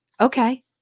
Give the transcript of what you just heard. Okay